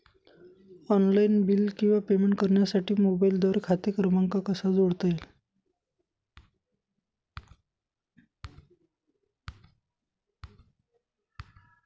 Online bill किंवा payment करण्यासाठी मोबाईलद्वारे खाते क्रमांक कसा जोडता येईल?